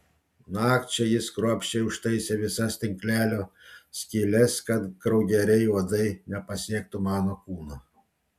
nakčiai jis kruopščiai užtaisė visas tinklelio skyles kad kraugeriai uodai nepasiektų mano kūno